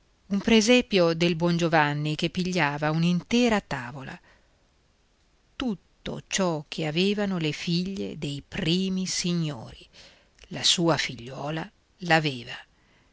un presepio del bongiovanni che pigliava un'intera tavola tutto ciò che avevano le figlie dei primi signori la sua figliuola